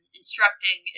instructing